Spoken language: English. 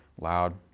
loud